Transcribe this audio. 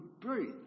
breathe